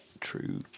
true